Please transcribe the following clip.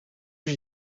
j’y